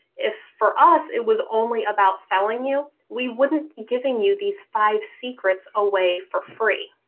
if for us it was only about selling you, we wouldn't giving you these five secrets away for free.